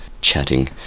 chatting